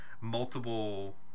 multiple